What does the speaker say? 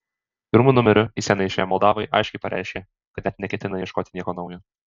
pirmu numeriu į sceną išėję moldavai aiškiai pareiškė kad net neketina ieškoti nieko naujo